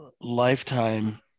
lifetime